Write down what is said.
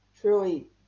Truly